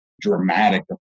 dramatic